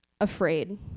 afraid